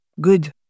good